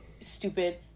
Stupid